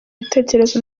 ibitekerezo